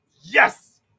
Yes